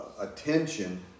attention